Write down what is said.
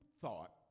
thought